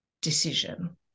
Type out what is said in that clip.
decision